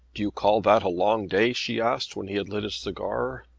do you call that a long day? she asked when he had lit his cigar.